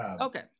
Okay